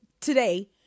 today